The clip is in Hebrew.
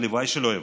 הלוואי שלא יבוא,